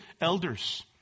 elders